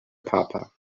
papa